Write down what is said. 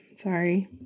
Sorry